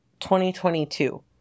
2022